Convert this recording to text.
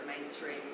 mainstream